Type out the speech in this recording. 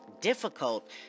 difficult